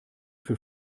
für